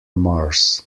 mars